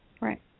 Right